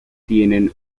tienen